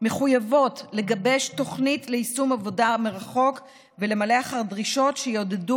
מחויבות לגבש תוכנית ליישום עבודה מרחוק ולמלא אחר דרישות שיעודדו